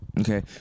Okay